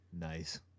Nice